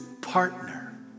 partner